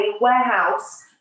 warehouse